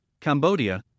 Cambodia